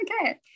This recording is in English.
Okay